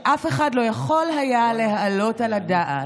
שאף אחד לא יכול היה להעלות על הדעת,